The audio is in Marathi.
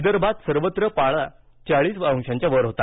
विदर्भात सर्वत्र पारा चाळीस अंशांच्या वर होता